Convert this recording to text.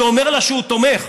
שאומר לה שהוא תומך,